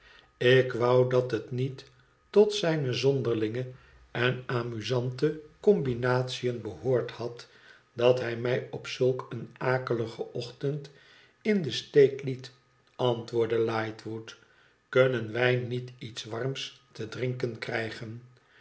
ik wou dat het niet tot zijne zonderlinge en amusante combinatiën hehoord had dat hij mij op zulk een akeligen ochtend in den steek het antwoordde lightwood i kunnen wij niet iets warms te drinken krijgen